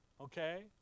Okay